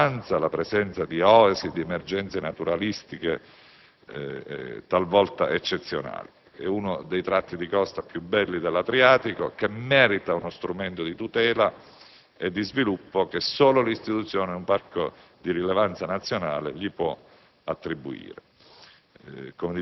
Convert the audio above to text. di grande rilevanza, come la presenza di oasi e di emergenze naturalistiche talvolta eccezionali. È uno dei tratti di costa più belli dell'Adriatico e merita uno strumento di tutela e sviluppo che solo l'istituzione di un parco di rilevanza nazionale gli può attribuire.